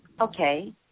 Okay